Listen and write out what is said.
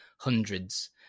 hundreds